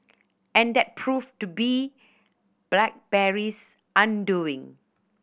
and that proved to be BlackBerry's undoing